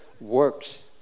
works